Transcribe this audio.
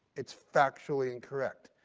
it's factually incorrect.